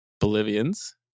Bolivians